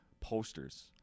posters